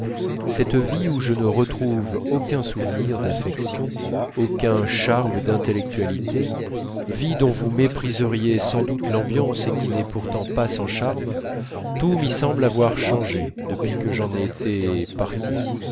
cette vie où je ne retrouve aucun souvenir d'affection aucun charme d'intellectualité vie dont vous mépriseriez sans doute l'ambiance et qui n'est pourtant pas sans charme tout m'y semble avoir changé depuis que j'en étais parti